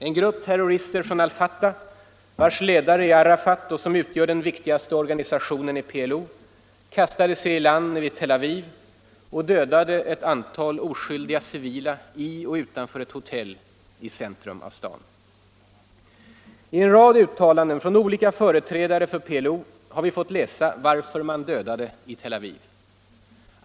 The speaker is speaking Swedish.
En grupp terrorister från al Fatah, vars ledare är Arafat och som utgör den viktigaste organisationen i PLO, kastade sig i land vid Tel Aviv och dödade ett antal oskyldiga civila i och utanför ett hotell i centrum av staden. I en rad uttalanden från olika företrädare för PLO har vi fått läsa varför man dödade i Tel Aviv.